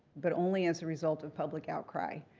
but only as a result of public outcry.